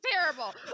terrible